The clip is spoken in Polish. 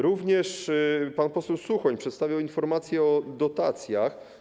Również pan poseł Suchoń przedstawiał informację o dotacjach.